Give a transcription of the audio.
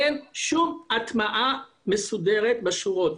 אין שום הטמעה מסודרת בשורות.